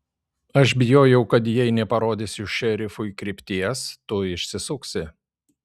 aš bijojau kad jei neparodysiu šerifui krypties tu išsisuksi